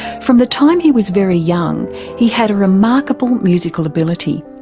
from the time he was very young he had a remarkable musical ability,